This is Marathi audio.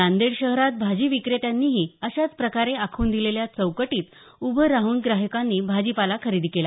नांदेड शहरात भाजीविक्रेत्यांनीही अशाच प्रकारे आखून दिलेल्या चौकटीत उभं राहून ग्राहकांनी भाजीपाला खरेदी केला